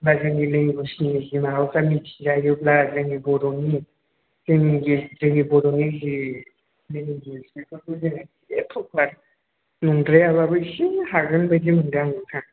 बा जोंनि लेंगुवेजनि माबाफ्रा मोनथि जायोब्ला जोंनि बर'नि जोंनि बर'नि जे टपार नंद्रायाबाबो एसे हागोन बादि मोनदों आं नोंथां